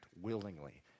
willingly